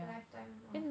the lifetime all